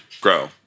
Grow